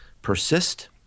persist